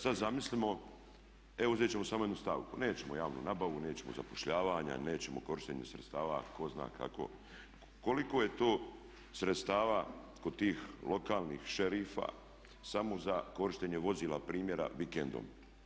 Sada zamislimo, e uzeti ćemo samo jednu stavku, nećemo javnu nabavu, nećemo zapošljavanja, nećemo korištenja sredstava tko zna kako, koliko je to sredstava kod tih lokalnih šerifa samo za korištenje vozila primjera vikendom.